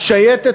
השייטת,